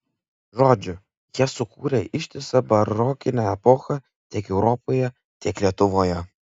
žodžiu jie sukūrė ištisą barokinę epochą tiek europoje tiek lietuvoje